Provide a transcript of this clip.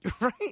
Right